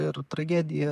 ir tragedija